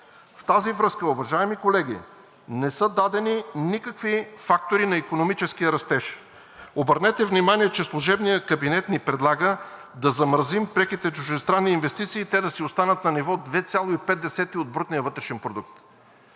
В тази връзка, уважаеми колеги, не са дадени никакви фактори на икономическия растеж. Обърнете внимание, че служебният кабинет ни предлага да замразим преките чуждестранни инвестиции и те да останат на ниво 2,5% от брутния вътрешен продукт.